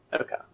Okay